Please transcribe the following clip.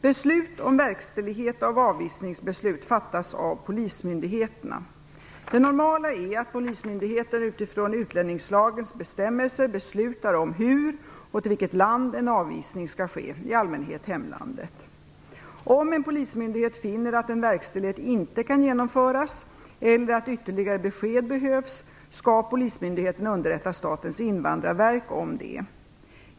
Beslut om verkställighet av avvisningsbeslut fattas av polismyndigheterna. Det normala är att polismyndigheten utifrån utlänningslagens bestämmelser beslutar om hur och till vilket land en avvisning skall ske - i allmänhet till hemlandet. Om en polismyndighet finner att en verkställighet inte kan genomföras eller att ytterligare besked behövs skall polismyndigheten underrätta Statens invandrarverk om detta.